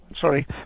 sorry